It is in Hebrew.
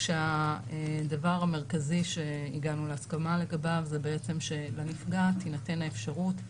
כשהדבר המרכזי שהגענו להסכמה לגביו זה בעצם שלנפגעת תינתן האפשרות,